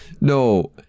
no